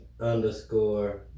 underscore